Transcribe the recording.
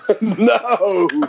no